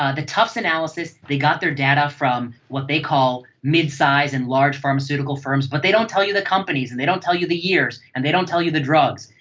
ah the tufts analysis, they got their data from what they call mid-size and large pharmaceutical firms but they don't tell you the companies and they don't tell you the years and they don't tell you the drugs.